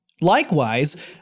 Likewise